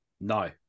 No